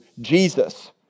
Jesus